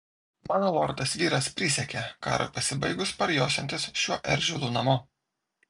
mano lordas vyras prisiekė karui pasibaigus parjosiantis šiuo eržilu namo